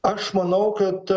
aš manau kad